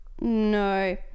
no